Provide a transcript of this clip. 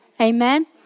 Amen